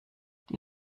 die